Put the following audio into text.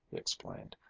he explained,